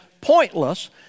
pointless